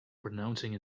pronouncing